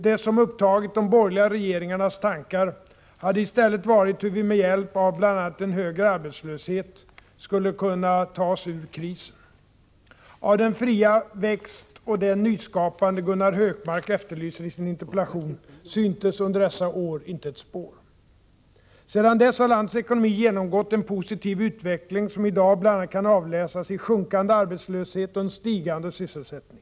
Det som upptagit de borgerliga regeringarnas tankar hade i stället varit hur vi med hjälp av bl.a. en högre arbetslöshet skulle kunna ta oss ur krisen. Av den fria växt och det nyskapande Gunnar Hökmark efterlyser i sin interpellation syntes under dessa år inte ett spår. Sedan dess har landets ekonomi genomgått en positiv utveckling som i dag bl.a. kan avläsas i en sjunkande arbetslöshet och en stigande sysselsättning.